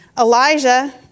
Elijah